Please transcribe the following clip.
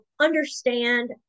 understand